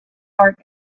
heart